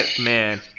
Man